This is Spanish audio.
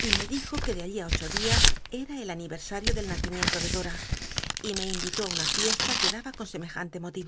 y me dijo que de allí á ocho dias era el aniversario del nacimien to de dora y me invitó una fiesta que o daba con semejante motiy